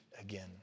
again